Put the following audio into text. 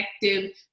effective